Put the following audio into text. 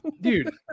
Dude